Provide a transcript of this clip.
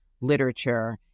literature